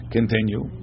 Continue